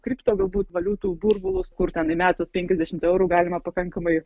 kripto galbūt valiutų burbulus kur ten įmetus penkiasdešimt eurų galima pakankamai